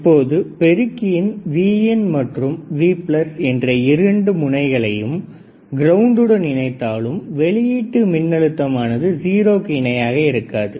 இப்போது பெருக்கியின் Vin மற்றும் V என்ற இரு முனைகளையும் கிரவுண்டுடன் இணைத்தாலும் வெளியீட்டு மின்னழுத்தம் ஆனது 0 க்கு இணையாக இருக்காது